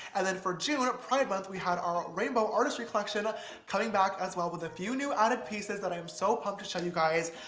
and then for june, pride month, we had our rainbow artistry collection coming back as well with a few new added pieces that i am so pumped to show you guys.